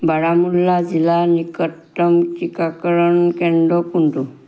বাৰামুল্লা জিলাৰ নিকটতম টীকাকৰণ কেন্দ্ৰ কোনটো